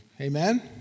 Amen